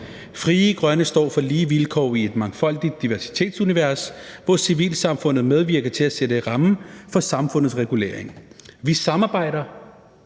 Frie Grønne står for lige vilkår i et mangfoldigt diversitetsunivers, hvor civilsamfundet medvirker til at sætte rammen for samfundets regulering. Vi samarbejder